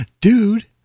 dude